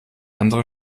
andere